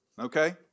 okay